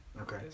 Okay